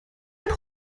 habe